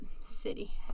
city